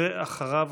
ואחריו,